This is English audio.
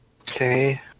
Okay